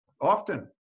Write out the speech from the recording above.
often